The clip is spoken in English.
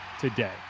today